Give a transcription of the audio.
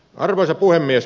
arvoisa puhemies